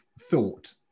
thought